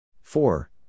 Four